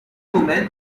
moment